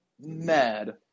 mad